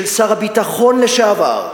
של שר הביטחון לשעבר,